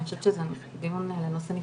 אני חושבת שזה נושא לדיון נפרד,